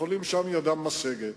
שם ידם משגת.